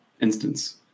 instance